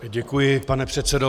Děkuji, pane předsedo.